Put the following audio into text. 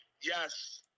Yes